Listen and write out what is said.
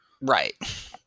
Right